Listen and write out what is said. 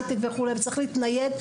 היי-טק וכו' וצריך להתנייד,